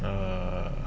err